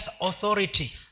authority